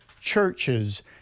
churches